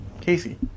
Casey